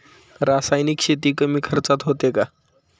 रासायनिक शेती कमी खर्चात होते का?